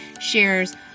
shares